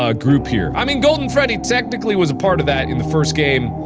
ah group here. i mean golden freddy technically was a part of that, in the first game,